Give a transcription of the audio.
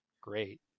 great